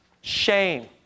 shame